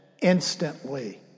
Instantly